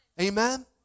amen